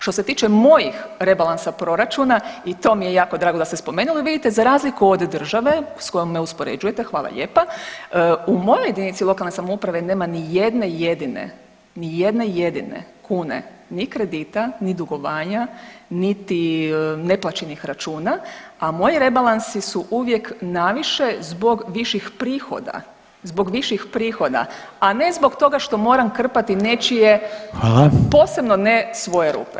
Što se tiče mojih rebalansa proračuna i to mi je jako drago da ste spomenuli, vidite za razliku od države s kojom me uspoređujete, hvala lijepa, u mojoj jedinici lokalne samouprave nema nijedne jedine, nijedne jedine kune ni kredita, ni dugovanja, niti neplaćenih računa, a moji rebalansi su uvijek naviše zbog viših prihoda, zbog viših prihoda, a ne zbog toga što moram krpati nečije [[Upadica Reiner: Hvala.]] posebno ne svoje rupe.